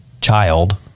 child